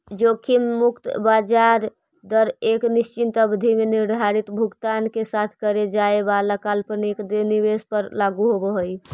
जोखिम मुक्त ब्याज दर एक निश्चित अवधि में निर्धारित भुगतान के साथ करे जाए वाला काल्पनिक निवेश पर लागू होवऽ हई